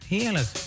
Heerlijk